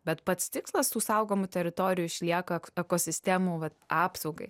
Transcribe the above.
bet pats tikslas tų saugomų teritorijų išlieka ekosistemų vat apsaugai